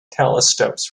telescopes